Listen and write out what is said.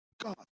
God